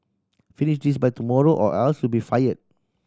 finish this by tomorrow or else you'll be fire